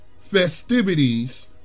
festivities